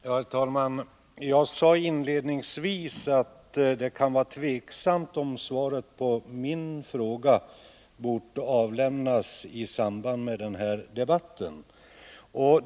Herr talman! Jag sade inledningsvis att det kan vara tveksamt om svaret på min fråga borde avlämnas i samband med den här debatten.